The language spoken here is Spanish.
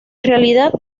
realidad